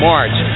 March